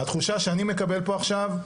התחושה שאני מקבל פה עכשיו,